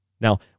Now